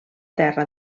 terra